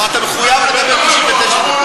אתה מחויב לדבר 99 דקות.